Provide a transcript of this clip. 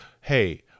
hey